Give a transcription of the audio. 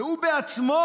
והוא בעצמו